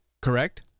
correct